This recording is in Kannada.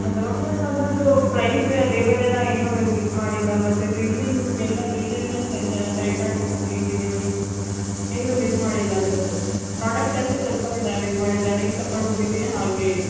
ಹೌದ ಮ್ಯಾಮ್ ನಾನು ಅದರದ್ದು ಪ್ರೈಸ್ ಲೇಬಲ್ ಎಲ್ಲ ಏನೂ ಇದು ಮಾಡಿಲ್ಲ ಮತ್ತು ಬಿಲ್ಲಿಂಗ್ ಎಲ್ಲ ಬಿಲ್ಲಲ್ಲೆ ಚೆನ್ನಾಗಿ ಕರೆಕ್ಟಾಗಿ ಇಟ್ಟು ಇಟ್ಟಿದ್ದೀನಿ ಏನೂ ಮಿಸ್ ಮಾಡಿಲ್ಲ ಅದರದ್ದು ಪ್ರಾಡಕ್ಟ್ ಅಂತೂ ಸ್ವಲ್ಪವೂ ಡ್ಯಾಮೇಜ್ ಮಾಡಿಲ್ಲ ಹೇಗೆ ತೊಗೊಂಡ್ ಹೋಗಿದ್ದೀನಿ ಹಾಗೇ ಇದೆ